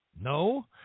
No